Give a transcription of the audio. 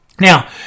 Now